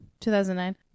2009